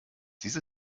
diese